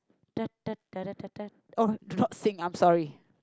oh not sing I'm sorry